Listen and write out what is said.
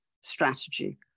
strategy